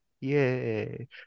Yay